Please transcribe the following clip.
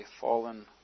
fallen